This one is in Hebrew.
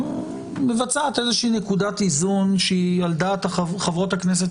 שמבצעת איזושהי נקודת איזון שהיא על דעת חברות הכנסת